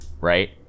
right